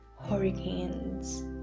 hurricanes